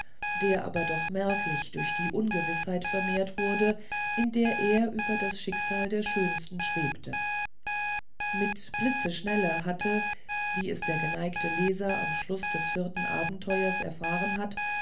der aber noch merklich durch die ungewißheit vermehrt wurde in der er über das schicksal der schönsten schwebte mit blitzesschnelle hatte wie es der geneigte leser am schlusse des vierten abenteuers erfahren hat